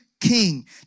king